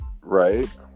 Right